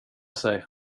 sig